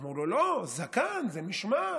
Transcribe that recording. אמרו לו: לא, זקן זה משמעת,